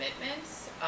commitments